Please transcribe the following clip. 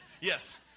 yes